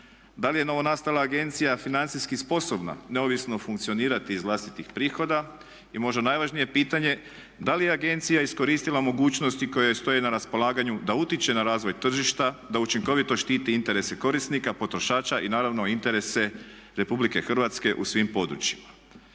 Da li je novonastala agencija financijski sposobna neovisno funkcionirati iz vlastitih prihoda? I možda najvažnije pitanje da li je agencija iskoristila mogućnosti koje joj stoje na raspolaganju da utječe na razvoj tržišta, da učinkovito štiti interese korisnika, potrošača i naravno interese RH u svim područjima?